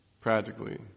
practically